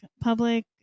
public